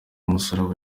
musaraba